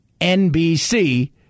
nbc